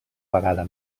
vegada